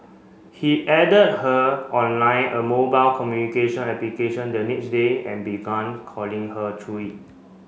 he added her on Line a mobile communication application the next day and began calling her through it